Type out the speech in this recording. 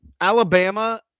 Alabama